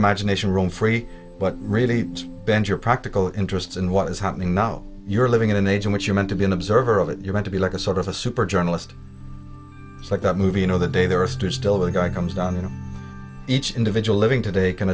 imagination roam free but really bend your practical interests in what is happening now you're living in an age in which you're meant to be an observer of it you're meant to be like a sort of a super journalist like that movie you know the day there is to still the guy comes down you know each individual living today can